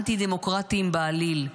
אנטי-דמוקרטיים בעליל,